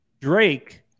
Drake